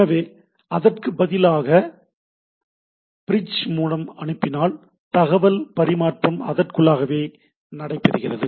எனவே அதற்கு பதிலாக பிரிட்ஜ் மூலம் அனுப்பினால் தகவல் பறிமாற்றம் அதற்குள்ளாகவே லொகலைஸ்ட் நடைபெறுகிறது